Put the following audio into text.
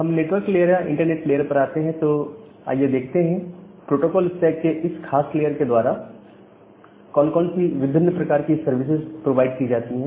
हम network layer या internet layer पर आते हैं तो आइए देखते हैं प्रोटोकोल स्टैक के इस खास लेयर के द्वारा कौन कौन सी विभिन्न प्रकार की सर्विसेस प्रोवाइड की जाती है